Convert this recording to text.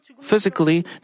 Physically